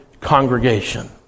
congregation